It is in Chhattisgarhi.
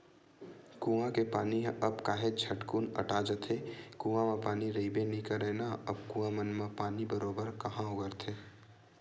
कुँआ के पानी ह अब काहेच झटकुन अटा जाथे, कुँआ म पानी रहिबे नइ करय ना अब कुँआ मन म पानी बरोबर काँहा ओगरथे